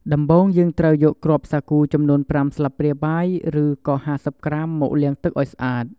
ដំបូងយើងត្រូវយកគ្រាប់សាគូចំនួន ៥ស្លាបព្រាបាយ ឬក៏៥០ក្រាមមកលាងទឹកឱ្យស្អាត។